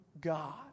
God